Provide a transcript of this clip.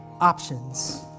options